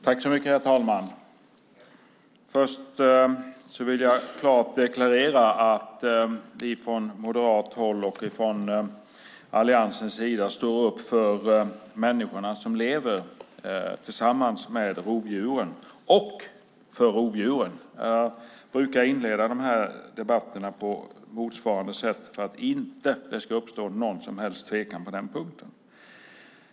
Herr talman! Först vill jag klart deklarera att vi från moderat håll och från Alliansens sida står upp både för de människor som lever med rovdjuren och för rovdjuren. Jag brukar inleda de här debatterna på detta sätt för att det inte ska råda någon som helst tvekan på denna punkt.